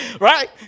right